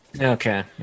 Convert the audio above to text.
Okay